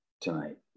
tonight